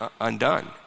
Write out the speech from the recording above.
undone